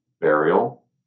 burial